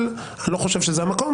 אני לא חושב שזה המקום,